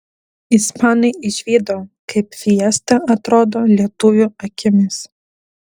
ispanai išvydo kaip fiesta atrodo lietuvių akimis